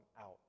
out